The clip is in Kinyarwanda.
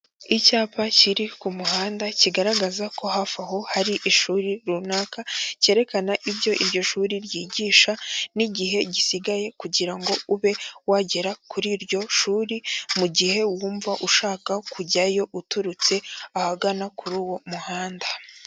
Icyapa kiri ku muhanda kigaragaza ko hafi aho hari ishuri runaka, cyerekana ibyo iryo shuri ryigisha n'igihe gisigaye kugira ngo ube wagera kuri iryo shuri, mu gihe wumva ushaka kujyayo uturutse ahagana kuri uwo muhanda.